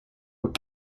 were